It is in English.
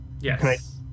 yes